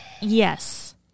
Yes